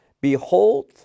behold